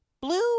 blue